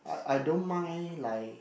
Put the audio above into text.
I I don't mind like